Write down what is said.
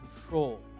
control